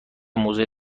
موزه